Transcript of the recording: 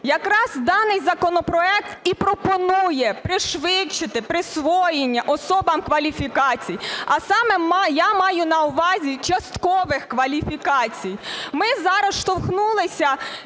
Якраз даний законопроект і пропонує пришвидшити присвоєння особам кваліфікацій, а саме я маю на увазі часткових кваліфікацій. Ми зараз зіштовхнулися